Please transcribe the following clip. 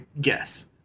guess